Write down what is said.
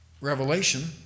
Revelation